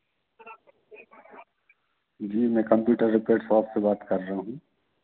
जी मैं computer repair shop से बात कर रहा हूँ